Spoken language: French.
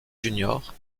junior